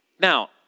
Now